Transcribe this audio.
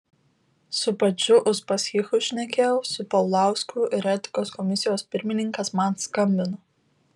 su pačiu uspaskichu šnekėjau su paulausku ir etikos komisijos pirmininkas man skambino